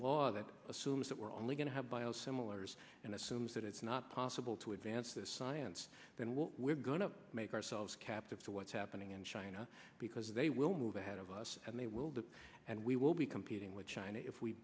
law that assumes that we're only going to have biosimilars and assumes that it's not possible to advance this science then what we're going to make ourselves captive to what's happening in china because they will move ahead of us and they will do and we will be competing with china if we